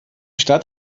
stadt